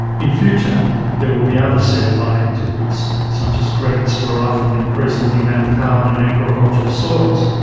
in future there will be other cfi activities such as credits derived from increasing the amount of carbon in agricultural soils,